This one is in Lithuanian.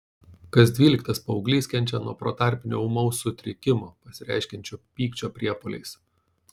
kas dvyliktas paauglys kenčia nuo protarpinio ūmaus sutrikimo pasireiškiančio pykčio priepuoliais